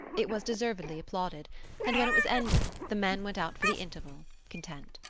it was deservedly applauded and, when it was ended, the men went out for the interval, content.